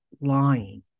lying